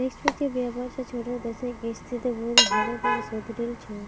निष्पक्ष व्यापार स छोटो देशक स्थिति बहुत हद तक सुधरील छ